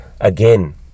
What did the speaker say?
Again